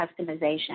customization